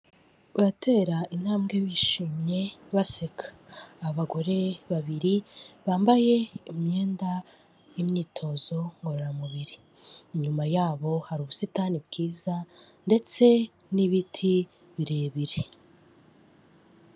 Baratera intambwe bishimye baseka, abagore babiri bambaye imyenda'imyitozo ngororamubiri. Inyuma yabo hari ubusitani bwiza ndetse n'ibiti birebire.